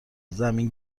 زمین